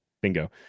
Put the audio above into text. Bingo